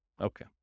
Okay